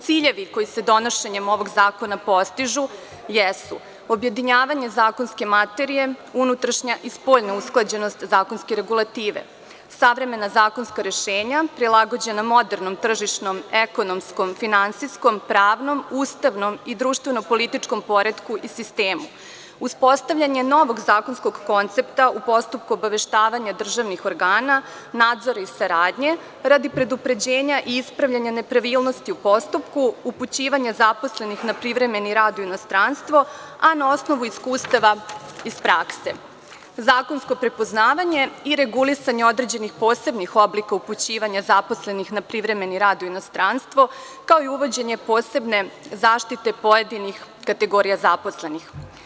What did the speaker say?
Ciljevi koji se donošenjem ovog zakona postižu jesu: objedinjavanje zakonske materije, unutrašnja i spoljna usklađenost zakonske regulative, savremena zakonska rešenja prilagođena modernom, tržišnom, ekonomskom, finansijskom, pravnom, ustavnom i društveno-političkom poretku i sistemu, uspostavljanje novog zakonskog koncepta u postupku obaveštavanja državnih organa, nadzor i saradnje radi predupređenja i ispravljanja nepravilnosti u postupku, upućivanje zaposlenih na privremeni rad u inostranstvo, a na osnovu iskustva iz prakse, zakonsko prepoznavanje i regulisanje određenih posebnih oblika upućivanja zaposlenih na privremeni rad u inostranstvo, kao i uvođenje posebne zaštite pojedinih kategorija zaposlenih.